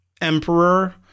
emperor